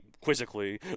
quizzically